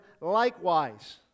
likewise